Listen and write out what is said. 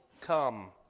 come